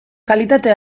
kalitate